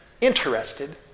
interested